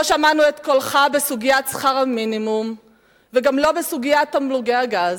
לא שמענו את קולך בסוגיית שכר המינימום וגם לא בסוגיית תמלוגי הגז,